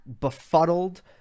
befuddled